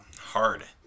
hard